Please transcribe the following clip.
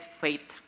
faith